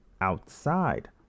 outside